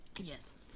Yes